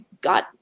got